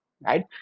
right